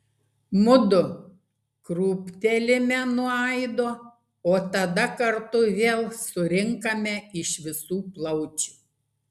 mudu krūptelime nuo aido o tada kartu vėl surinkame iš visų plaučių